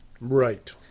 Right